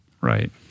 Right